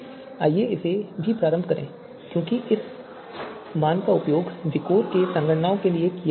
आइए इसे भी प्रारंभ करें क्योंकि इस मान का उपयोग विकोर में संगणनाओं में किया जाएगा